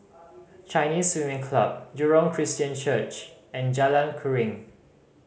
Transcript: Chinese Swimming Club Jurong Christian Church and Jalan Keruing